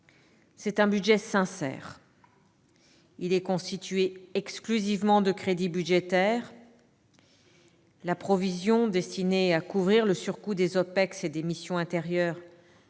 c'est un budget sincère. Il est constitué exclusivement de crédits budgétaires. La provision destinée à couvrir le surcoût des OPEX et des missions intérieures